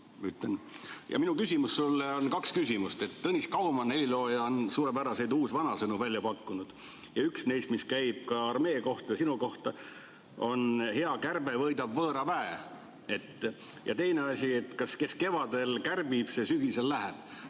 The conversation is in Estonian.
pannud. Mul on sulle kaks küsimust. Tõnis Kaumann, helilooja, on suurepäraseid uusvanasõnu välja pakkunud. Üks neist, mis käib ka armee kohta ja sinu kohta, on, et hea kärbe võidab võõra väe. Ja teine on, et kes kevadel kärbib, see sügisel läheb.